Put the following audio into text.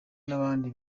n’abandi